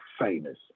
famous